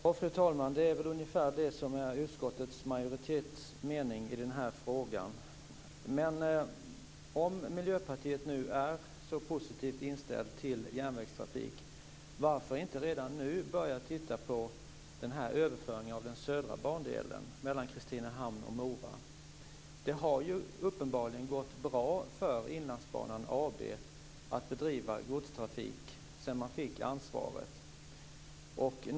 Fru talman! Ja, det är väl ungefär det som är utskottsmajoritetens mening i den här frågan. Men om Miljöpartiet nu är så positivt inställt till järnvägstrafik, varför vill man inte redan nu börja titta på överföringen av den södra bandelen mellan Kristinehamn och Mora? Det har uppenbarligen gått bra för Inlandsbanan AB att bedriva godstrafik sedan man fick ansvaret.